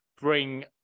bring